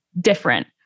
different